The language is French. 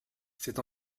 c’est